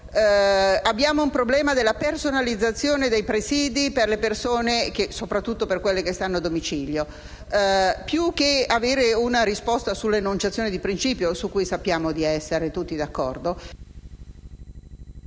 abbiamo il problema della personalizzazione dei presidi, soprattutto per le persone che stanno a domicilio. Più che avere una risposta sull'enunciazione di principio, su cui sappiamo di essere tutti con l'accordo,